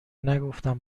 نگفتم